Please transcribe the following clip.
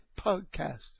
podcast